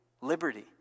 liberty